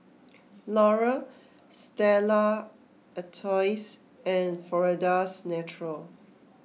Laurier Stella Artois and Florida's Natural